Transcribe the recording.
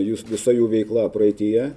jūs visa jų veikla praeityje